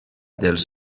dels